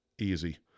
Easy